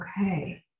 Okay